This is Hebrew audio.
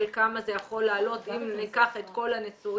כמה זה יכול לעלות אם ניקח את כל הנשואים